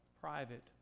private